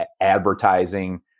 advertising